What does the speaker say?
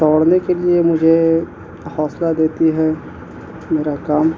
دوڑنے کے لیے مجھے حوصلہ دیتی ہے میرا کام